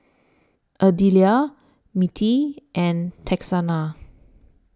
Adelia Mittie and Texanna